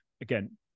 again